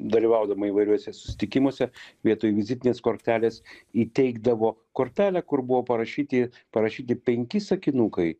dalyvaudama įvairiuose susitikimuose vietoj vizitinės kortelės įteikdavo kortelę kur buvo parašyti parašyki penki sakinukai